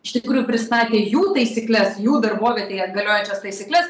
iš tikrųjų prisakė jų taisykles jų darbovietėje galiojančias taisykles